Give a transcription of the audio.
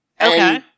Okay